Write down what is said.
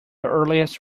earliest